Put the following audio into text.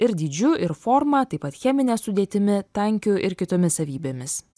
ir dydžiu ir forma taip pat chemine sudėtimi tankiu ir kitomis savybėmis